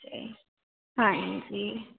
ਅਤੇ ਹਾਂਜੀ